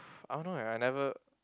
I don't know eh I never